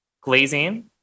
glazing